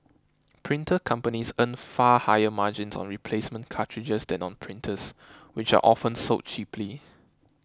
printer companies earn far higher margins on replacement cartridges than on printers which are often sold cheaply